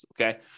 okay